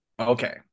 Okay